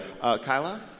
Kyla